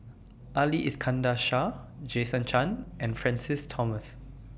Ali Iskandar Shah Jason Chan and Francis Thomas